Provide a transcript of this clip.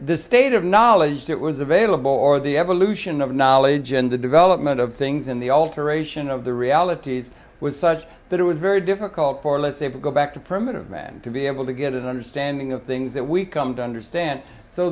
this state of knowledge that was available or the evolution of knowledge in the development of things in the alteration of the realities was such that it was very difficult for let's say to go back to primitive man to be able to get an understanding of things that we come to understand so